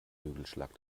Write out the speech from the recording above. flügelschlag